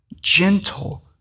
gentle